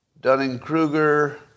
Dunning-Kruger